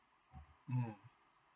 mm